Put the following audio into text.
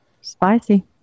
Spicy